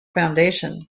foundation